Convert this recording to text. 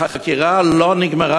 החקירה של המשטרה לא נגמרה,